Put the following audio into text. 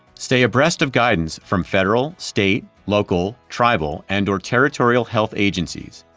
stay abreast of guidance from federal, state, local, tribal and or territorial health agencies,